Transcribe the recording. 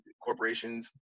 corporations